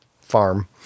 farm